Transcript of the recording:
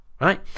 Right